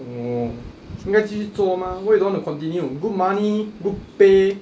orh 应该继续做 mah why you don't want to continue good money good pay